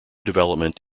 development